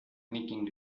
knitting